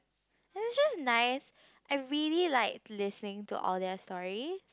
it was just nice I really like listening to all their stories